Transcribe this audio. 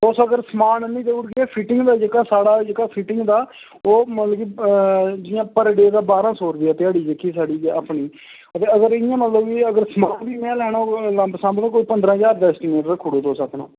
तुस अगर समान आह्नी देई ओड़गे फिटिंग दा जेह्का सााढ़ जेह्का फिटिंग दा ओह् मतलब कि जियां पर डे दा बारां सौ रपेआ ध्याड़ी जेहकी साढ़ी अपनी ओह् बी अगर इ'यां मतलब कि समान बी में लैना होग लमसम ते कोई पंदरां ज्हार दा ऐस्टीमेट रक्खी ओड़ेओ अपना